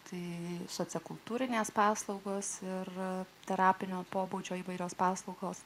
tai sociokultūrinės paslaugos ir terapinio pobūdžio įvairios paslaugos